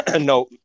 No